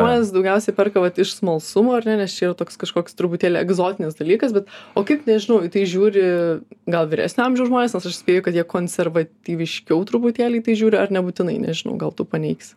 žmonės daugiausiai perka vat iš smalsumo ar ne nes čia jau toks kažkoks truputėlį egzotinis dalykas bet o kaip nežinau į tai žiūri gal vyresnio amžiaus žmonės nes aš spėju kad jie konservatyviškiau truputėlį į tai žiūri ar nebūtinai nežinau gal tu paneigsi